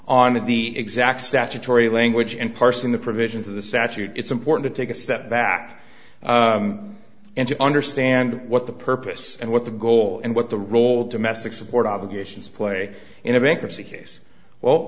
on the exact statutory language and parsing the provisions of the statute it's important to take a step back and to understand what the purpose and what the goal and what the role domestic support obligations play in